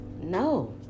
No